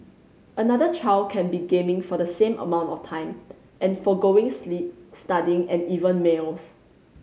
another child can be gaming for the same amount of time and forgoing sleep studying and even meals